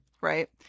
right